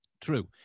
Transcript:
True